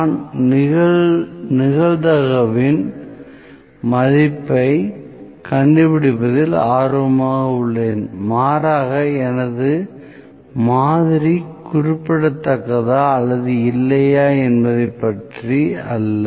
நான் நிகழ்தகவின் மதிப்பைக் கண்டுபிடிப்பதில் ஆர்வமாக உள்ளேன் மாறாக எனது மாதிரி குறிப்பிடத்தக்கதா அல்லது இல்லையா என்பதை பற்றி அல்ல